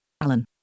Alan